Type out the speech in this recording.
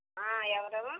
ఎవరు